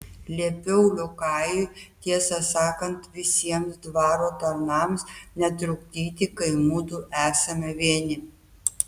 liepiau liokajui tiesą sakant visiems dvaro tarnams netrukdyti kai mudu esame vieni